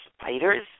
spiders